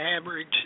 average